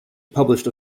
published